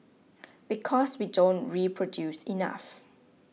because we don't reproduce enough